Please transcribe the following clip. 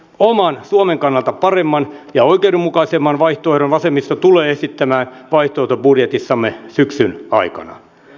oman suomen kannalta paremman ja oikeudenmukaisemman vaihtoehdon vasemmisto tulee esittämään vaihtoehtobudjetissamme syksyn aikana